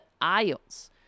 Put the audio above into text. aisles